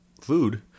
food